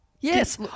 Yes